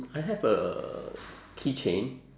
I have a keychain